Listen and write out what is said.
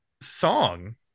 song